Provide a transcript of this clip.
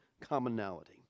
commonality